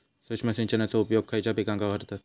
सूक्ष्म सिंचनाचो उपयोग खयच्या पिकांका करतत?